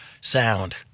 sound